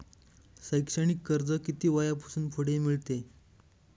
शैक्षणिक कर्ज किती वयापासून पुढे मिळते?